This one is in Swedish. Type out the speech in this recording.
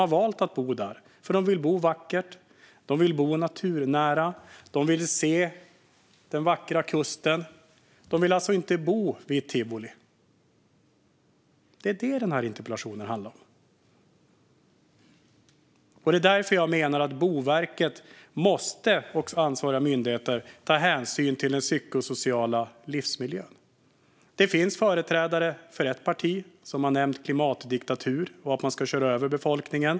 Jag delar statsrådets uppfattning: Det sker en kraftig utbyggnad av vindkraften, men man måste också respektera de människor som berörs. Det är det som den här interpellationen handlar om, och det är därför som jag menar att Boverket och ansvariga myndigheter måste ta hänsyn till den psykosociala livsmiljön. Det finns företrädare för ett parti som har nämnt klimatdiktatur och att man ska köra över befolkningen.